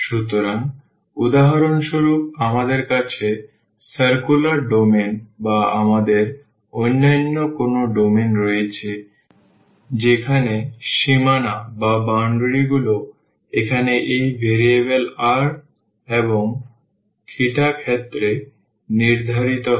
সুতরাং উদাহরণস্বরূপ আমাদের কাছে সার্কুলার ডোমেন বা আমাদের অন্য কোনও ডোমেন রয়েছে যেখানে সীমানাগুলি এখানে এই ভ্যারিয়েবল r এবং ক্ষেত্রে নির্ধারিত হয়